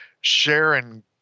sharon